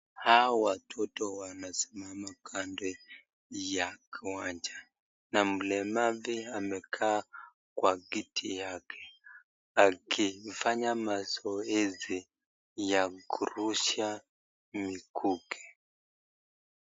Hao watoto wamesimama kando ya kiwanja na mlemavu amekaa kwa kiti yake, akifanya mazoezi hizi ya kurusha mikuki.